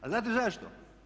A znate zašto?